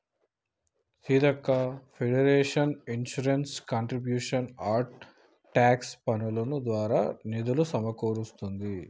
Seethakka federal insurance contributions act tax పన్నులు దారా నిధులులు సమకూరుస్తుంది